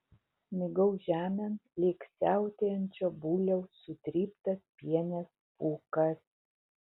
smigau žemėn lyg siautėjančio buliaus sutryptas pienės pūkas